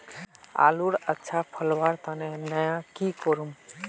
आलूर अच्छा फलवार तने नई की करूम?